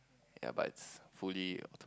ya but it's fully